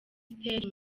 stage